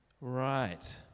Right